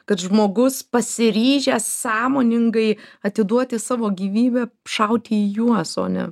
kad žmogus pasiryžęs sąmoningai atiduoti savo gyvybę šaut į juos o ne